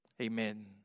Amen